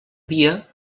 via